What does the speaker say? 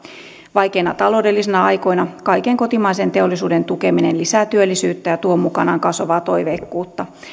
vaikeina taloudellisina aikoina kaiken kotimaisen teollisuuden tukeminen lisää työllisyyttä ja tuo mukanaan kasvavaa toiveikkuutta